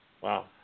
Wow